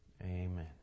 Amen